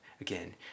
again